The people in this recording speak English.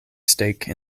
stake